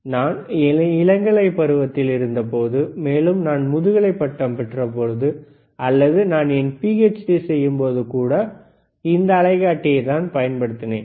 நான் என் இளங்கலைப் பருவத்தில் இருந்தபோதுமேலும் நான் முதுகலைப் பட்டம் பெற்றபோது அல்லது நான் என் பிஎச்டி செய்யும் போது கூட இந்த அலைக்காட்டியை தான் பயன்படுத்தினேன்